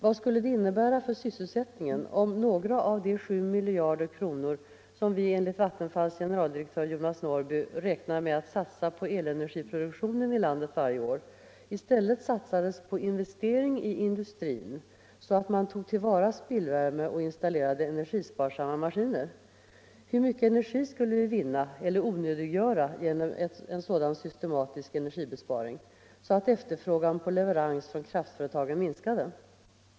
Vad skulle det innebära för sysselsättningen om några av de 7 miljarder kronor som vi enligt Vattenfalls generaldirektör Jonas Norrby räknar med att satsa på elenergiproduktion i landet varje år i stället satsades på investering i industrin, så att man tog till vara spillvärme och installerade energisparsamma maskiner? Hur mycket energi skulle vi vinna eller onödiggöra genom en sådan systematisk energibesparing, så att efterfrågan på leverans från kraftföretagen minskade?